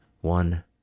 one